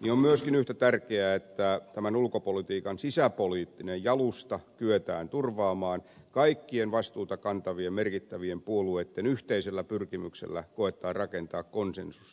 niin on myöskin yhtä tärkeää että tämän ulkopolitiikan sisäpoliittinen jalusta kyetään turvaamaan kaikkien vastuuta kantavien merkittävien puolueitten yhteisellä pyrkimyksellä koettaa rakentaa konsensusta